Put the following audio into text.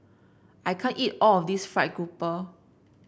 I can't eat all of this fried grouper